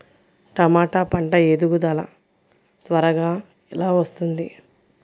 టమాట పంట ఎదుగుదల త్వరగా ఎలా వస్తుంది?